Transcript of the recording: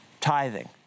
tithing